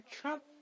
Trump